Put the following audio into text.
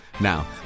Now